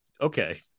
okay